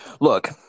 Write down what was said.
look